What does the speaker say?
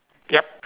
yup